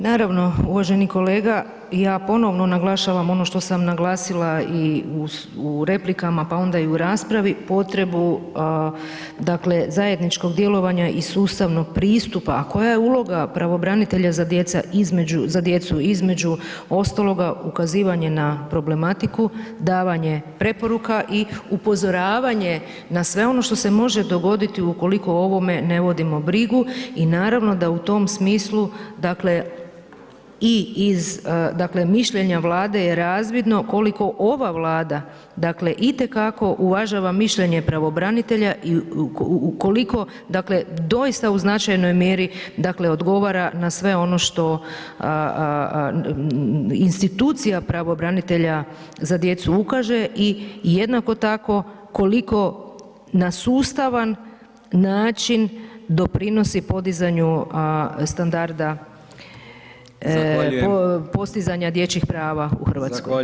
Naravno, uvaženi kolega, ja ponovno naglašavam ono što sam naglasila i u replikama, pa onda i u raspravi, potrebu, dakle, zajedničkog djelovanja i sustavnog pristupa, a koja je uloga pravobranitelja za djecu između ostaloga ukazivanje na problematiku, davanje preporuka i upozoravanje na sve ono što se može dogoditi ukoliko o ovome ne vodimo brigu i naravno da u tom smislu, dakle, i iz, dakle, mišljenja Vlade je razvidno koliko ova Vlada, dakle, itekako uvažava mišljenje pravobranitelja i koliko, dakle, doista u značajnoj mjeri, dakle, odgovara na sve ono što institucija pravobranitelja za djecu ukaže i jednako tako koliko na sustavan način doprinosi podizanju standarda [[Upadica: Zahvaljujem]] postizanja dječjih prava u RH.